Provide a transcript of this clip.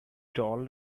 tall